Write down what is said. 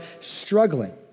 struggling